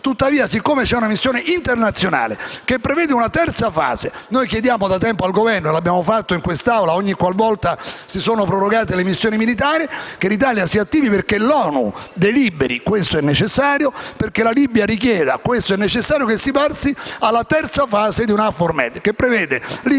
Tuttavia, poiché c'è una missione internazionale che prevede una terza fase, noi chiediamo da tempo al Governo - lo abbiamo fatto in quest'Assemblea ogni volta che si sono prorogate le missioni militari - che l'Italia si attivi perché l'ONU deliberi (questo è necessario) e perché la Libia richieda (anche questo è necessario) che si passi alla terza fase di EUNAVFOR MED, che prevede l'intervento nei